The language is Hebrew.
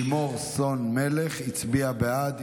לימור סון הר מלך הצביעה בעד,